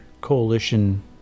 coalition